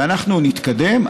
ואנחנו נתקדם,